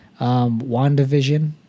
WandaVision